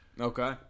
Okay